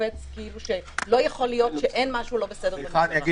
קופץ כאילו לא יכול להיות שאין משהו לא בסדר במשטרה.